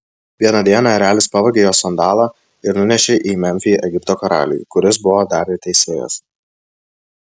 vieną dieną erelis pavogė jos sandalą ir nunešė į memfį egipto karaliui kuris buvo dar ir teisėjas